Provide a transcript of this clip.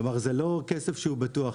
זה לא כסף שהוא בטוח.